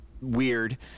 weird